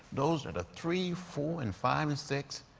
those are the three, four, and five, and six,